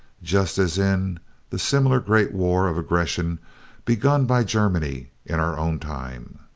just as in the similar great war of aggression begun by germany in our own time.